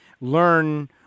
learn